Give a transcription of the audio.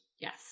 Yes